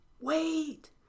Wait